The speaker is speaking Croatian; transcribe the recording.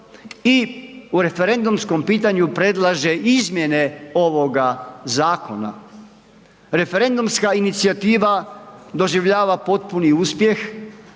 i u referendumskom pitanju predlaže izmjene ovoga zakona, referendumska inicijativa doživljava potpuni uspjeh